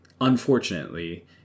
unfortunately